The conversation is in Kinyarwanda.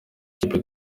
ikipe